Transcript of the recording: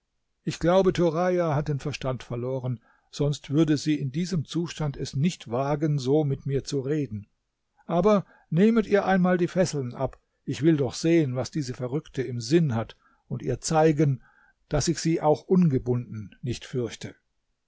ich glaube turaja hat den verstand verloren sonst würde sie in diesem zustand es nicht wagen so mit mir zu reden aber nehmet ihr einmal ihre fesseln ab ich will doch sehen was diese verrückte im sinn hat und ihr zeigen daß ich sie auch ungebunden nicht fürchte